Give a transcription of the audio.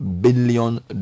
billion